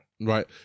Right